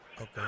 Okay